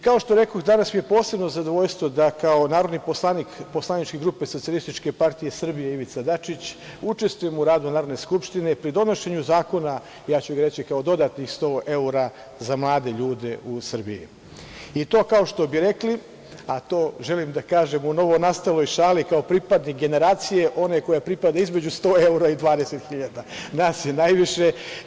Kao što rekoh, danas mi je posebno zadovoljstvo da kao narodni poslanik poslaničke grupe Socijalističke partije Srbije – Ivica Dačić učestvujem u radu Narodne skupštine, pri donošenju zakona, ja ću reći kao dodatnih 100 evra za mlade ljude u Srbiji, što bi rekli, a to želim da kažem u novonastaloj šali, kao pripadnik generacije one koja pripada između 100 evra i 20.000 dinara, nas je najviše.